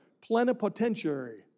Plenipotentiary